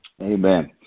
Amen